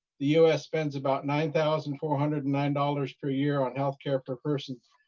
the u s. spends about nine thousand four hundred and nine dollars per year on healthcare for persons,